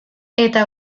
eta